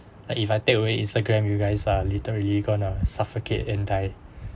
like if I take away instagram you guys are literally going to suffocate and die